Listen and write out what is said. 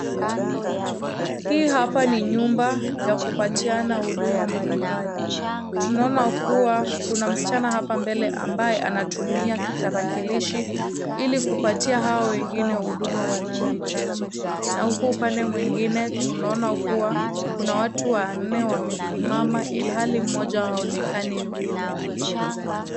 Hii hapa ni nyumba ya kupatiana huduma mbalimbali. Tunaona kuwa kuna msichana hapa mbele ambaye anatumia tarakilishi ili kupatia hao wengine huduma wanayohitaji. Na huko upande mwingine tunaona kuwa kuna watu wanne wamesimama ilhali mmoja haonekani vile.